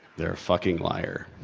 they're cking liar!